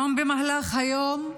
היום, במהלך היום,